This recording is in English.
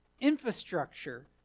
infrastructure